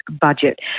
budget